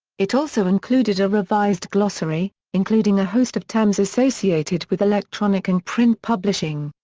it also included a revised glossary, including a host of terms associated with electronic and print publishing.